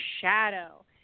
shadow